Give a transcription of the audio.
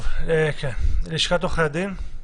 לשכת עורכי הדין.